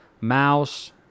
mouse